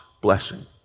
blessing